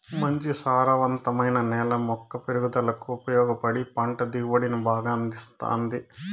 మంచి సారవంతమైన నేల మొక్క పెరుగుదలకు ఉపయోగపడి పంట దిగుబడిని బాగా అందిస్తాది